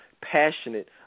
passionate